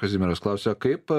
kazimieras klausia kaip